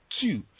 Two